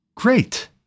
Great